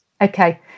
Okay